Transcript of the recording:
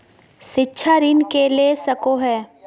शिक्षा ऋण के ले सको है?